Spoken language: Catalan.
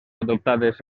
adoptades